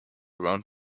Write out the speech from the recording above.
around